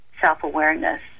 self-awareness